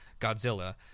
Godzilla